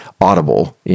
audible